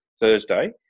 Thursday